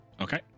Okay